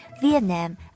Vietnam